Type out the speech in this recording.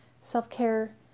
Self-care